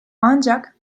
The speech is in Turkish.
ancak